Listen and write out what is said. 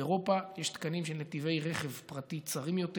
באירופה יש תקנים של נתיבי רכב פרטי צרים יותר